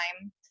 time